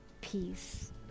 peace